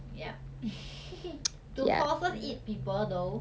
yup do horses eat people though